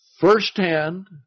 firsthand